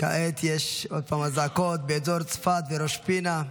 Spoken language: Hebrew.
כעת יש עוד פעם אזעקות, באזור צפת וראש פינה.